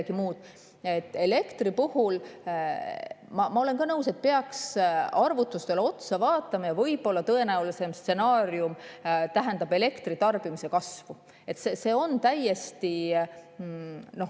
midagi muud, siis ma olen nõus, et peaks arvutustele otsa vaatama. Võib-olla tõenäolisem stsenaarium tähendab elektritarbimise kasvu. See on täiesti